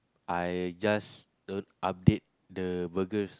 I just don't update the burgers